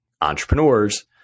entrepreneurs